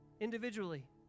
individually